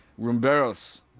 Rumberos